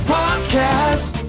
podcast